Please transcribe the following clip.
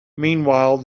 meanwhile